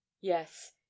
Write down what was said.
yes